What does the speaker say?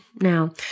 Now